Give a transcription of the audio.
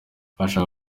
ashaka